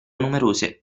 numerose